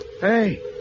Hey